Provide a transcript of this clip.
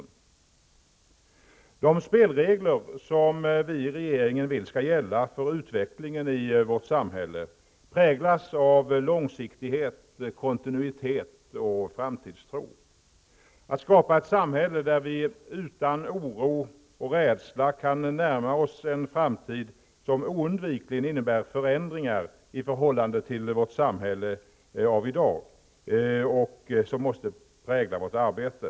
De spelregler som vi i regeringen vill skall gälla för utvecklingen i vårt samhälle präglas av långsiktighet, kontinuitet och framtidstro. Målsättningen att skapa ett samhälle, där vi utan oro och rädsla kan närma oss en framtid som oundvikligen innebär förändringar i förhållande till vårt samhälle av i dag, måste prägla vårt arbete.